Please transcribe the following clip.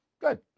Good